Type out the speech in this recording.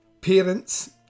parents